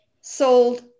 sold